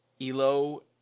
Elo